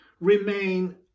remain